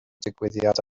digwyddiad